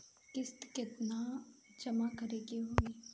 किस्त केतना जमा करे के होई?